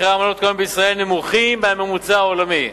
מחירי העמלות כיום בישראל נמוכים מהממוצע העולמי.